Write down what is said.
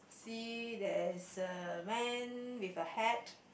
see there's a man with a hat